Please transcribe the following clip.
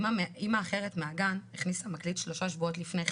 אמא אחרת מהגן הכניסה מקליט שלושה שבועות לפני כן,